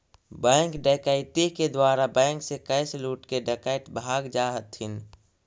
bank डकैती के द्वारा बैंक से कैश लूटके डकैत भाग जा हथिन